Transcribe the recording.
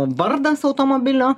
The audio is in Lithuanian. vardas automobilio